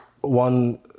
one